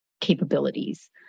capabilities